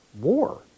war